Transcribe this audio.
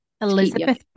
Elizabeth